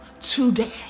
today